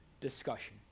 discussion